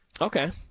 Okay